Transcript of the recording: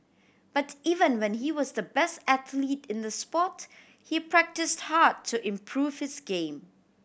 but even when he was the best athlete in the sport he practise hard to improve his game